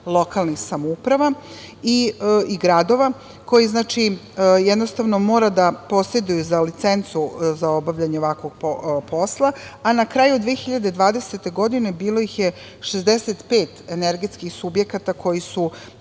lokalnih samouprava, i gradova, koji moraju da poseduju licencu za obavljanje ovakvog posla. Na kraju 2020. godine bilo ih je 65 energetskih subjekata koji su